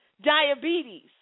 diabetes